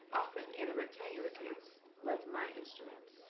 often in a rectangular case like my instrument,